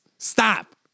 Stop